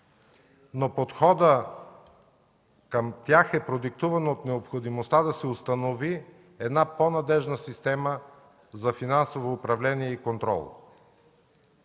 но подходът към тях е продиктуван от необходимостта да се установи една по-надеждна система за финансово управление и контрол.